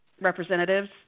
Representatives